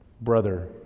brother